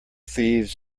thieves